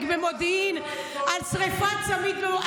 על שרפת צמיג במודיעין,